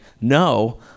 no